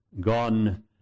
gone